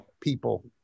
people